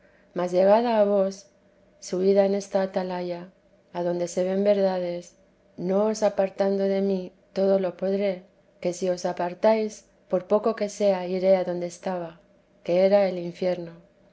mas llegada a vos subida en esta atalaya adonde se ven verdades no os apartando de mí todo lo podré que si os apartáis por poco que sea iré adonde estaba que era el infierno